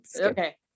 okay